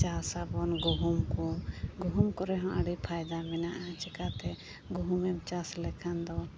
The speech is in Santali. ᱪᱟᱥ ᱟᱵᱚᱱ ᱜᱩᱦᱩᱢ ᱠᱚ ᱜᱩᱦᱩᱢ ᱠᱚᱨᱮᱦᱚᱸ ᱟᱰᱤ ᱯᱷᱟᱭᱫᱟ ᱢᱮᱱᱟᱜᱼᱟ ᱪᱮᱠᱟᱛᱮ ᱜᱩᱦᱩᱢ ᱮᱢ ᱪᱟᱥ ᱞᱮᱠᱷᱟᱱ ᱫᱚ